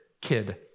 kid